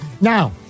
Now